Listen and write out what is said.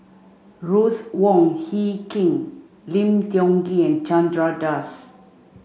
Ruth Wong Hie King Lim Tiong Ghee Chandra Das